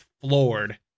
floored